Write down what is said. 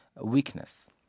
weakness